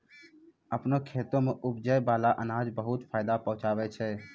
आपनो खेत सें उपजै बाला अनाज बहुते फायदा पहुँचावै छै